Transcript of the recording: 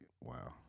wow